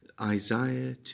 Isaiah